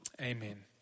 Amen